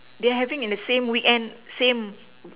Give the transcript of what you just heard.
they having on the same weekend same